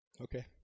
Okay